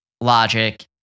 Logic